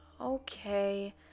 okay